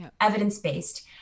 evidence-based